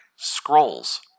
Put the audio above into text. scrolls